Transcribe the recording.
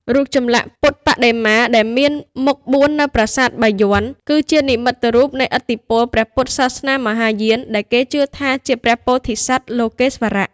រូបចម្លាក់ពុទ្ធបដិមាដែលមានមុខបួននៅប្រាសាទបាយ័ន គឺជានិមិត្តរូបនៃឥទ្ធិពលព្រះពុទ្ធសាសនាមហាយាន ដែលគេជឿថាជាព្រះពោធិសត្វលោកេស្វរៈ។